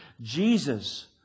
Jesus